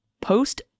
post-